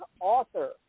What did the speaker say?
author